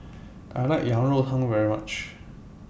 I like Yang Rou Tang very much